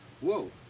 Whoa